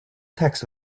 text